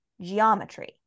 Geometry